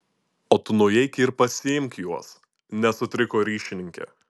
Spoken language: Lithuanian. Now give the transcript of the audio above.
o tu nueik ir pasiimk juos nesutriko ryšininkė